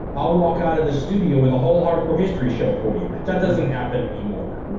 i'll walk out of the studio with a whole hardcore history show for you. that doesn't happen anymore.